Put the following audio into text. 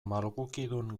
malgukidun